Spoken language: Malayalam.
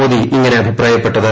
മോദി ഇങ്ങനെ അഭിപ്രായപ്പെട്ടത്